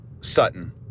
Sutton